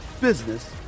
business